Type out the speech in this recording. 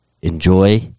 enjoy